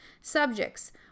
subjects